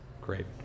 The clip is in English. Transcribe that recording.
Great